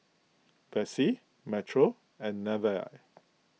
Vessie Metro and Nevaeh